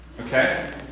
Okay